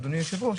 אדוני היושב-ראש,